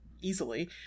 easily